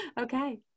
okay